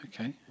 okay